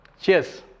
Cheers